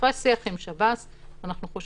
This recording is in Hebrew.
אבל אחרי שיח שהיה לנו עם שב"ס אנחנו חושבים